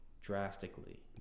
drastically